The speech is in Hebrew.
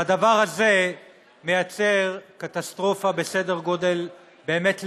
והדבר הזה יוצר קטסטרופה בסדר גודל באמת לאומי.